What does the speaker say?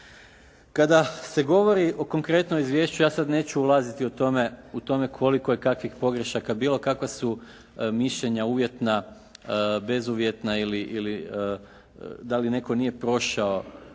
Kada se govori o konkretnom izvješću, ja sad neću ulaziti u tome koliko je kakvih pogrešaka bilo, kakva su mišljenja uvjetna, bezuvjetna ili da li netko nije prošao